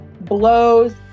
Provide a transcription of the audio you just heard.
blows